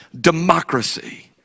democracy